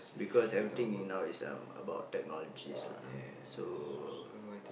because everything in now is um about technologies lah so